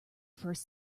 first